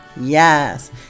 Yes